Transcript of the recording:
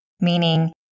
meaning